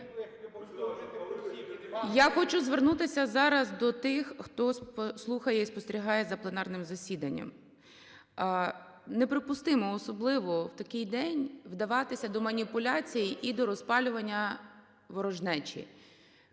Я хочу звернутися зараз до тих, хто слухає і спостерігає за пленарним засіданням. Неприпустимо, особливо в такий день, вдаватися до маніпуляцій і до розпалювання ворожнечі.